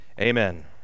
amen